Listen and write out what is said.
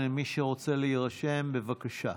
מי שרוצה להירשם, בבקשה.